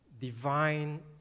divine